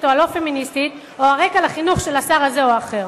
או הלא-פמינסטית או על הרקע החינוכי של שר כזה או אחר.